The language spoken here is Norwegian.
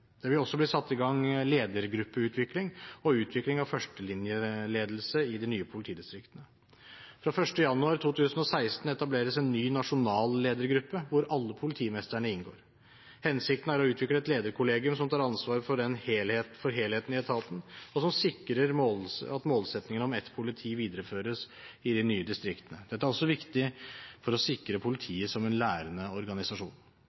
Det vil også bli satt i gang ledergruppeutvikling og utvikling av førstelinjeledelse i de nye politidistriktene. Fra 1. januar 2016 etableres en ny nasjonal ledergruppe, hvor alle politimestrene inngår. Hensikten er å utvikle et lederkollegium som tar ansvar for helheten i etaten, og som sikrer at målsettingen om ett politi videreføres i de nye distriktene. Dette er også viktig for å sikre politiet som en lærende organisasjon.